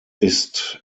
ist